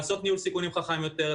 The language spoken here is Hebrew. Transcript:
לעשות ניהול סיכונים חכם יותר,